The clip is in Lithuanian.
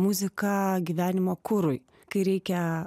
muzika gyvenimo kurui kai reikia